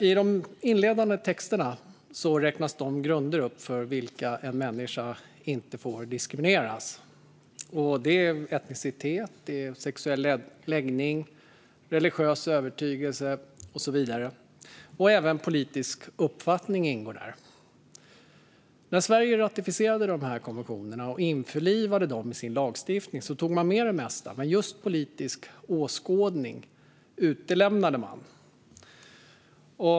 I de inledande texterna räknas grunderna för när en människa inte får diskrimineras upp. De är etnicitet, sexuell läggning, religiös övertygelse och så vidare, och även politisk uppfattning ingår. När Sverige ratificerade konventionerna och införlivade dem i sin lagstiftning tog man med det mesta, men just politisk åskådning utelämnade man.